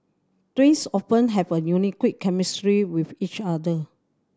twins often have a unique chemistry with each other